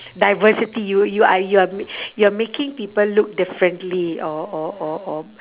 diversity you you are you are doi~ you are making people look differently or or or or